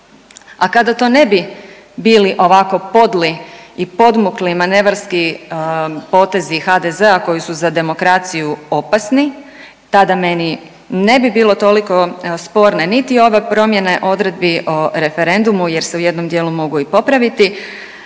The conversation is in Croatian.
A kada to ne bi bilo ovako podli i podmukli manevarski potezi HDZ-a koji su za demokraciju opasni tada meni ne bi bilo toliko sporne niti ove promjene odredbi o referendumu jer se u jednom dijelu mogu i popraviti.